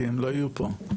הם לא יהיו פה,